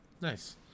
Nice